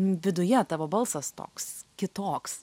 viduje tavo balsas toks kitoks